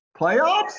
Playoffs